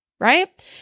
right